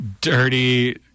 dirty